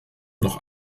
noch